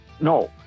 No